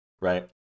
Right